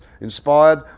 inspired